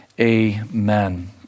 Amen